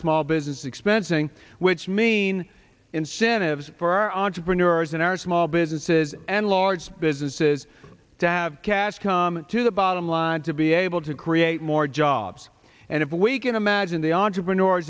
small business expensing which means incentives for our entrepreneurs and our small businesses and large businesses to have cash come to the bottom line to be able to create more jobs and if we can imagine the entrepreneur